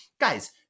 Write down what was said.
guys